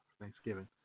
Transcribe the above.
Thanksgiving